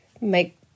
make